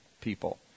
people